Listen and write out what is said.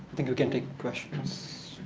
think we can take questions.